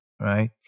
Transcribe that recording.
right